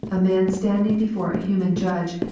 a man standing before a human judge,